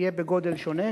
יהיה בגודל שונה,